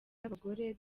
y’abagore